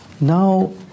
now